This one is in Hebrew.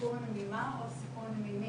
סיכון ממה או סיכון ממי.